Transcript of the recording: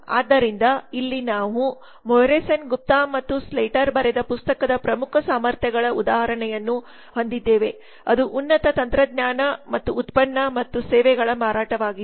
ಆದ್ದರಿಂದ ಇಲ್ಲಿ ನಾವು ಮೊಹ್ರ್ಸೆನ್ಗುಪ್ತಾಮತ್ತು ಸ್ಲೇಟರ್ಬರೆದ ಪುಸ್ತಕದ ಪ್ರಮುಖ ಸಾಮರ್ಥ್ಯಗಳ ಉದಾಹರಣೆಯನ್ನು ಹೊಂದಿದ್ದೇವೆಅದು ಉನ್ನತ ತಂತ್ರಜ್ಞಾನ ಮತ್ತು ಉತ್ಪನ್ನ ಮತ್ತು ಸೇವೆಗಳ ಮಾರಾಟವಾಗಿದೆ